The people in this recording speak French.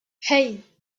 hey